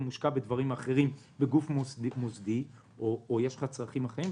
ומושקע בדברים אחרים בגוף מוסדי או יש לך צרכים אחרים,